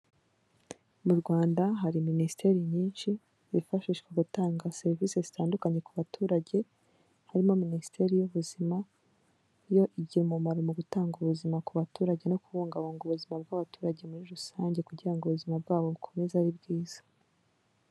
Mu Rwanda hari minisiteri nyinshi zifashishwa gutanga serivisi zitandukanye ku baturage harimo minisiteri y'ubuzima, yo igira umumaro mu gutanga ubuzima ku baturage no kubungabunga ubuzima bw'abaturage muri rusange kugira ngo ubuzima bwabo bukomeze ari bwiza.